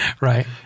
Right